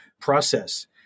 process